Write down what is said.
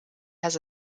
has